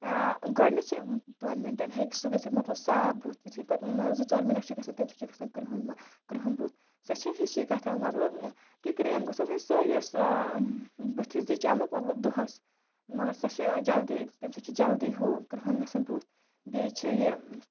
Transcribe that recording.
گۄڈٕنٮ۪تھ چھِ دۄن مِنٹَن ہیٚکہِ سُہ گٔژھِتھ مطلب صاف بُتھ یُتھُے پَتہٕ نہٕ زٕ ژور مِنَٹ چھِ گژھان تَمہِ سۭتۍ چھُ گژھان کرٛہُن مہٕ کرٛہُن بُتھ سۄ چھِ ہِشی کَتھاہ مطلب کہِ کرٛیم گژھِ آسٕنۍ سۄ یۄس بٕتھِس دی چَمَک مطلب دوٚہَس مگر سۄ چھِ جَلدی تَمہِ سۭتۍ چھِ جَلدی ہُہ کرٛہُن گژھان بُتھ بیٚیہِ چھِ یہِ